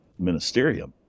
ministerium